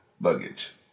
luggage